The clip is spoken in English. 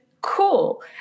cool